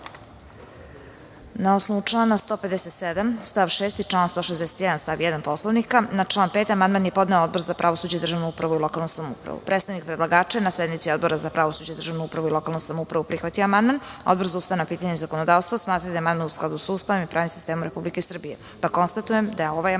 osnovu člana 157. stav 6. i člana 161. stav 1. Poslovnika, na član 5. amandman je podneo Odbor za pravosuđe, državnu upravu i lokalnu samoupravu. Predstavnik predlagača je na sednici Odbora za pravosuđe, državnu upravu i lokalnu samoupravu prihvatio amandman. Odbor za ustavna pitanja i zakonodavstvo smatra da je amandman u skladu sa Ustavom i pravnim sistemom Republike Srbije. Konstatujem da je ovaj amandman